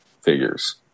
figures